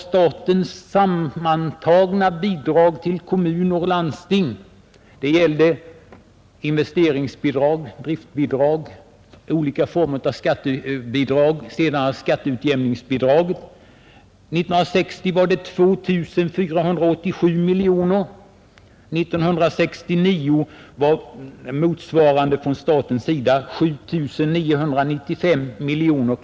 Den visar att när det gäller investeringsbidrag, driftbidrag, olika former av skattebidrag och senare skatteutjämningsbidrag var statens sammantagna bidrag till kommuner och landsting 2487 miljoner år 1960, och 1969 var motsvarande statsbidrag 7 995 miljoner.